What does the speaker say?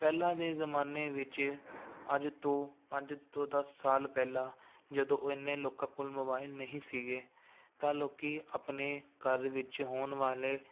ਪਹਿਲਾਂ ਦੇ ਜ਼ਮਾਨੇ ਵਿੱਚ ਅੱਜ ਤੋਂ ਪੰਜ ਤੋਂ ਦਸ ਸਾਲ ਪਹਿਲਾਂ ਜਦੋਂ ਇੰਨੇ ਲੋਕਾਂ ਕੋਲ ਮੋਬਾਈਲ ਨਹੀਂ ਸੀਗੇ ਤਾਂ ਲੋਕ ਆਪਣੇ ਘਰ ਵਿੱਚ ਹੋਣ ਵਾਲੇ